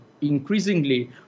increasingly